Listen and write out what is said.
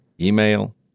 email